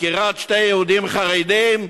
דקירת שני יהודים חרדים,